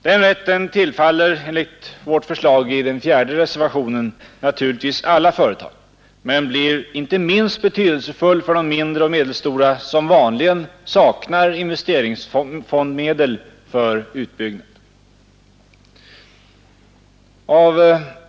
Denna rätt tillfaller enligt vårt förslag i reservationen 4 naturligtvis alla företag men blir inte minst betydelsefull för de mindre och medelstora som vanligen saknar investeringsfondsmedel för utbyggnad.